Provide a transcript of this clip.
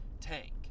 tank